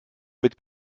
mit